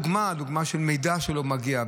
דוגמה של מידע שלא מגיע,